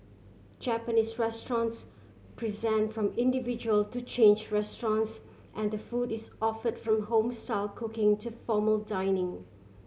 Japanese restaurants present from individual to change restaurants and the food is offered from home style cooking to formal dining